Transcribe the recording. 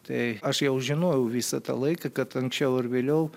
tai aš jau žinojau visą tą laiką kad anksčiau ar vėliau